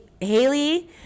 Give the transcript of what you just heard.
Haley